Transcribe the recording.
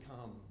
come